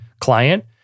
client